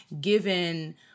given